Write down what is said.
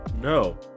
no